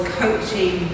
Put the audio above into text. coaching